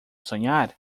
sonhar